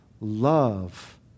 love